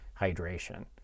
hydration